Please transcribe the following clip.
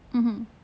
mmhmm